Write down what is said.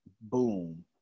boom